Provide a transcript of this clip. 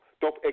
top